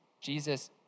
Jesus